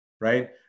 right